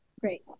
Great